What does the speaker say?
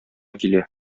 килә